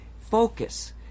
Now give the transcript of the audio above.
focus